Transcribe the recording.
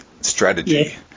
strategy